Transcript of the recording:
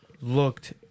looked